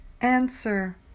Answer